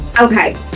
Okay